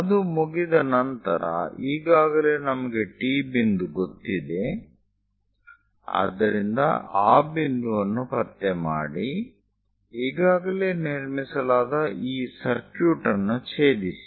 ಅದು ಮುಗಿದ ನಂತರ ಈಗಾಗಲೇ ನಮಗೆ T ಬಿಂದು ಗೊತ್ತಿದೆ ಆದ್ದರಿಂದ ಆ ಬಿಂದುವನ್ನು ಪತ್ತೆ ಮಾಡಿ ಈಗಾಗಲೇ ನಿರ್ಮಿಸಲಾದ ಈ ಸರ್ಕ್ಯೂಟ್ ಅನ್ನು ಛೇದಿಸಿ